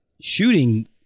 shooting